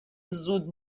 زود